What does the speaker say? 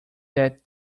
that